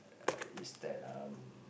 uh is that um